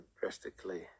drastically